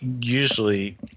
usually